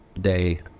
day